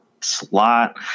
slot